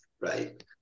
right